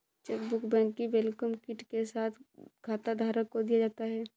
chequebook bank की welcome kit के साथ खाताधारक को दिया जाता है